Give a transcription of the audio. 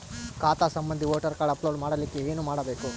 ಖಾತಾ ಸಂಬಂಧಿ voter card upload ಮಾಡಲಿಕ್ಕೆ ಏನ ಮಾಡಬೇಕು?